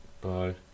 Bye